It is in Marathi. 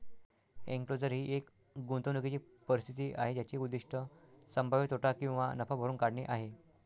एन्क्लोजर ही एक गुंतवणूकीची परिस्थिती आहे ज्याचे उद्दीष्ट संभाव्य तोटा किंवा नफा भरून काढणे आहे